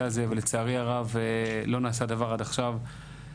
הזה ולצערי הרב לא נעשה דבר עד עכשיו.